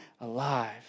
alive